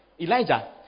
Elijah